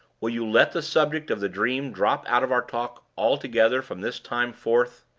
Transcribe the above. will you let the subject of the dream drop out of our talk altogether from this time forth?